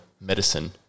medicine